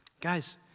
guys